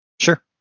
Sure